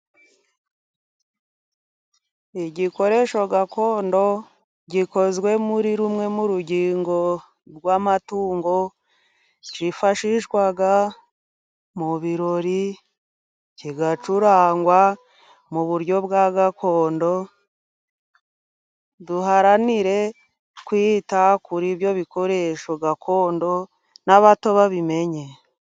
Igikoresho gakondo gikozwe muri rumwe mu rugingo rw'amatungo, cyifashishwa mu birori ,kigacurangwa mu buryo bwa gakondo, duharanire kwita kuri ibyo bikoresho gakondo n'abato babimenye.